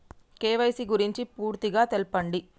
KYC గురించి పూర్తిగా తెలపండి?